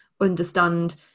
understand